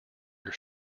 your